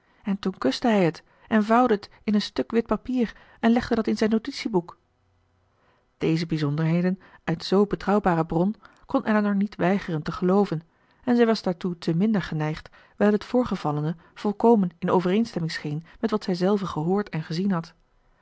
en toen kuste hij het en vouwde t in een stuk wit papier en legde dat in zijn notitieboek deze bijzonderheden uit zoo betrouwbare bron kon elinor niet weigeren te gelooven en zij was daartoe te minder geneigd wijl het voorgevallene volkomen in overeenstemming scheen met wat zijzelve gehoord en gezien had